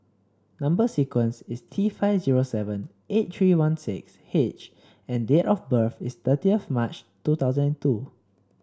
number sequence is T five zero seven eight three one six H and date of birth is thirtieth March two thousand and two